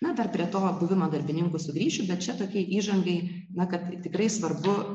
na dar prie to buvimo darbininku dar sugrįšiu bet čia tokiai įžangai na kad tikrai svarbu